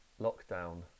lockdown